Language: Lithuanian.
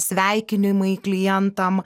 sveikinimai klientam